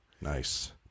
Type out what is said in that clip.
Nice